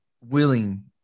willing